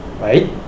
right